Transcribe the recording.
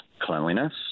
cleanliness